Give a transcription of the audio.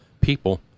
people